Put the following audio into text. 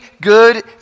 good